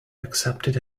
accepted